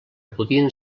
podien